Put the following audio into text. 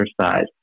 exercise